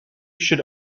should